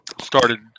Started